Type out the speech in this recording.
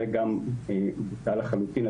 זה גם בוטל לחלוטין.